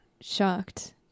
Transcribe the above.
shocked